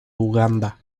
uganda